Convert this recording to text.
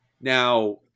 Now